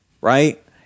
right